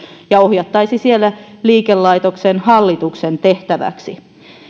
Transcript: ja ohjattaisiin siellä liikelaitoksen hallituksen tehtäväksi